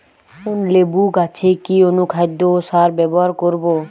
লেবু গাছে কি অনুখাদ্য ও সার ব্যবহার করা হয়?